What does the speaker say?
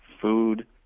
food